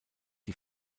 die